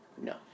No